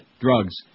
Drugs